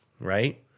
Right